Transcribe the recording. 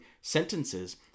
sentences